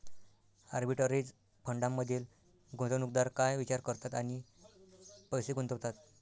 Arbitrage फंडांमधील गुंतवणूकदार काय विचार करतात आणि पैसे गुंतवतात?